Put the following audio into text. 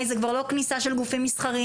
זה כבר לא כניסה של גופים מסחריים,